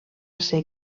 ser